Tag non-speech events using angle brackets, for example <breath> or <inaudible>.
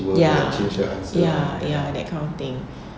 ya ya ya that kind of thing <breath>